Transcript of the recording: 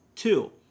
Two